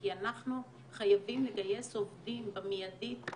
כי אנחנו חייבים לגייס עובדים במיידי.